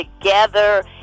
together